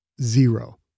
Zero